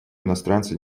иностранцы